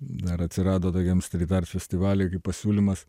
na ar atsirado tokiam stiliui dar festivaliai kaip pasiūlymas